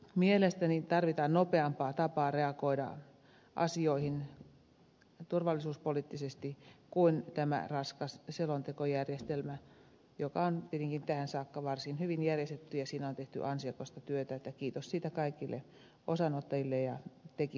mielestäni tarvitaan nopeampaa tapaa reagoida asioihin turvallisuuspoliittisesti kuin tämä raskas selontekojärjestelmä joka on tietenkin tähän saakka varsin hyvin järjestetty ja jossa on tehty ansiokasta työtä kiitos siitä kaikille osanottajille ja tekijöille